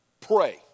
pray